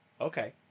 Okay